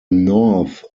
north